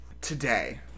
Today